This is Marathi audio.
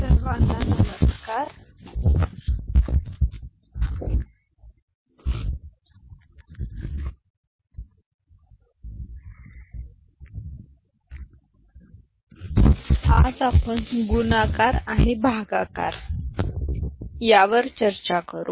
सर्वांना नमस्कार आज आपण गुणाकार आणि भागाकार चर्चा करू